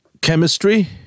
chemistry